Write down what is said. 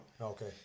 okay